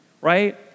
right